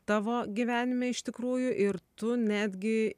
tavo gyvenime iš tikrųjų ir tu netgi